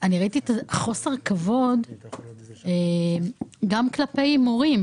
ראיתי חוסר כבוד גם כלפי מורים.